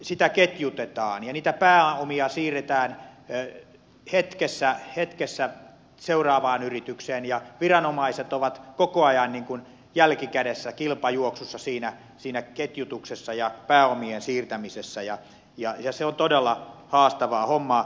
yritystoimintaa ketjutetaan ja pääomia siirretään hetkessä seuraavaan yritykseen ja viranomaiset ovat koko ajan jälkikädessä kilpajuoksussa siinä ketjutuksessa ja pääomien siirtämisessä ja se on todella haastavaa hommaa